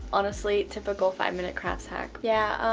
honestly, typical five minute crafts hack. yeah,